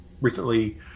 recently